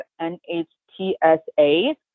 N-H-T-S-A